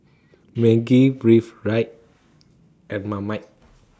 Maggi Breathe Right and Marmite